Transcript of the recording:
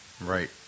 Right